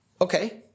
Okay